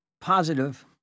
positive